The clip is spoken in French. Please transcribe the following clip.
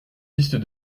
pistes